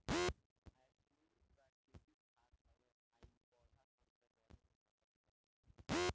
ethylene प्राकृतिक खाद हवे आ इ पौधा सन के बढ़े में मदद करेला